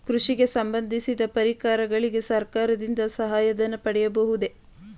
ಕೃಷಿಗೆ ಸಂಬಂದಿಸಿದ ಪರಿಕರಗಳಿಗೆ ಸರ್ಕಾರದಿಂದ ಸಹಾಯ ಧನ ಪಡೆಯಬಹುದೇ?